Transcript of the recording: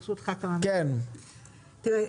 תראה,